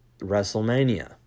WrestleMania